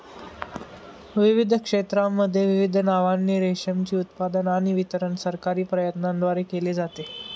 विविध क्षेत्रांमध्ये विविध नावांनी रेशीमचे उत्पादन आणि वितरण सरकारी प्रयत्नांद्वारे केले जाते